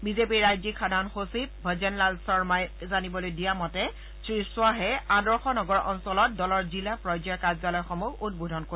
বিজেপিৰ ৰাজ্যিক সাধাৰণ সচিব ভজনলাল শৰ্মহি জানিবলৈ দিয়া মতে শ্ৰী খাহে আদৰ্শনগৰ অঞ্চলত দলৰ জিলা পৰ্যায়ৰ কাৰ্যালয়সমূহ উদ্বোধন কৰিব